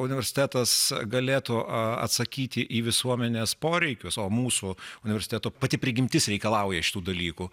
universitetas galėtų atsakyti į visuomenės poreikius o mūsų universiteto pati prigimtis reikalauja šitų dalykų